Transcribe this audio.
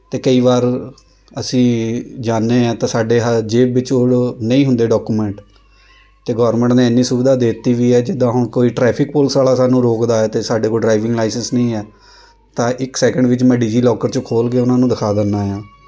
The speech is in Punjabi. ਅਤੇ ਕਈ ਵਾਰ ਅਸੀਂ ਜਾਂਦੇ ਹਾਂ ਤਾਂ ਸਾਡੇ ਜੇਬ ਵਿੱਚ ਉਹ ਨਹੀਂ ਹੁੰਦੇ ਡੋਕੂਮੈਂਟ ਅਤੇ ਗੋਰਮੈਂਟ ਨੇ ਇੰਨੀ ਸੁਵਿਧਾ ਦੇ ਦਿੱਤੀ ਵੀ ਹੈ ਜਿੱਦਾਂ ਹੁਣ ਕੋਈ ਟ੍ਰੈਫਿਕ ਪੁਲਿਸ ਵਾਲ਼ਾ ਸਾਨੂੰ ਰੋਕਦਾ ਏ ਅਤੇ ਸਾਡੇ ਕੋਲ ਡਰਾਈਵਿੰਗ ਲਾਈਸੈਂਸ ਨਹੀਂ ਹੈ ਤਾਂ ਇੱਕ ਸੈਕਿੰਡ ਵਿੱਚ ਮੈਂ ਡਿਜੀਲੋਕਰ 'ਚੋਂ ਖੋਲ ਕੇ ਉਹਨਾਂ ਨੂੰ ਦਿਖਾ ਦਿੰਦਾ ਹਾਂ